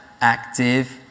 active